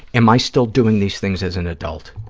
am i still doing these things as an adult?